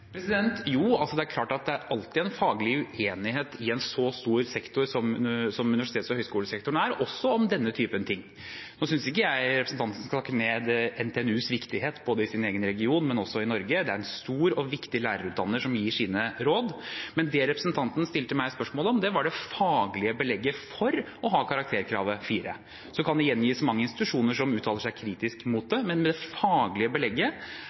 det er klart at det alltid er en faglig uenighet i en så stor sektor som universitets- og høyskolesektoren er, også om denne typen ting. Nå synes jeg ikke representanten skal snakke ned NTNUs viktighet i både sin egen region og i Norge. Det er en stor og viktig lærerutdanner som gir sine råd. Det representanten stilte meg spørsmål om, var det faglige belegget for å ha karakterkravet 4. Det kan gjengis mange institusjoner som uttaler seg kritisk mot det, men det faglige belegget